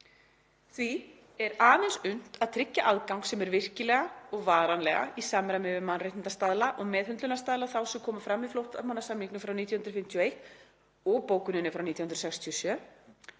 „[Því er] aðeins unnt að tryggja aðgang sem er virkilega og varanlega í samræmi við mannréttindastaðla og meðhöndlunarstaðla þá sem koma fram í flóttamannasamningnum frá 1951 og bókuninni frá 1967“